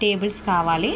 tables కావాలి